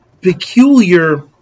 peculiar